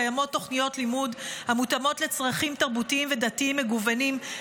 קיימות תוכניות לימוד המותאמות לצרכים תרבותיים ודתיים מגוונים,